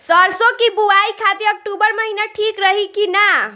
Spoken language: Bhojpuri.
सरसों की बुवाई खाती अक्टूबर महीना ठीक रही की ना?